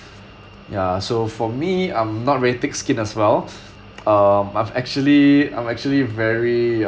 ya so for me I'm not very thick skin as well um I'm actually I'm actually very